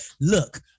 look